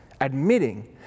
admitting